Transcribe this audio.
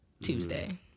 Tuesday